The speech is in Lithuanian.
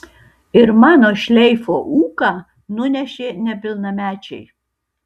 ir mano šleifo ūką nunešė nepilnamečiai